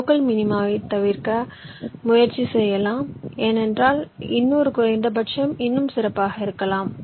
local மினிமாவை தவிர்க்க முயற்சி செய்யலாம் ஏனென்றால் இன்னொரு குறைந்தபட்சம் இன்னும் சிறப்பாக இருக்கலாம்